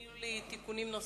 ואם יהיו לי תיקונים נוספים,